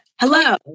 hello